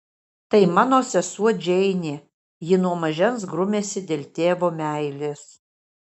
tai mano sesuo džeinė ji nuo mažens grumiasi dėl tėvo meilės